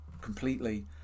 completely